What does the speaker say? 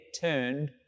turned